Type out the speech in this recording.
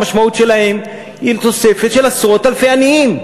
המשמעות שלהם היא תוספת של עשרות אלפי עניים.